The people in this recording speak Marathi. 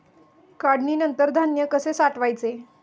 काढणीनंतर धान्य कसे साठवायचे?